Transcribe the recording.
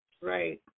Right